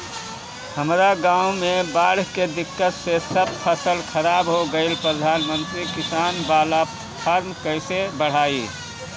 हमरा गांव मे बॉढ़ के दिक्कत से सब फसल खराब हो गईल प्रधानमंत्री किसान बाला फर्म कैसे भड़ाई?